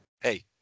Hey